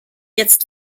jetzt